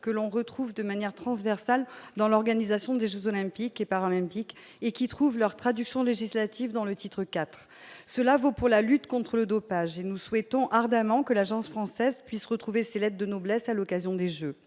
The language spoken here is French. que l'on retrouve de manière transversale dans l'organisation des Jeux olympiques et paralympiques et qui trouvent leur traduction législative dans le titre IV, cela vaut pour la lutte contre le dopage et nous souhaitons ardemment que l'Agence française puisse retrouver ses lettres de noblesse à l'occasion des Jeux,